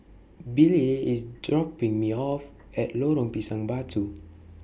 Billye IS dropping Me off At Lorong Pisang Batu